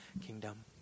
kingdom